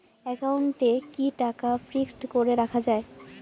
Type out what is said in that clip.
একাউন্টে কি টাকা ফিক্সড করে রাখা যায়?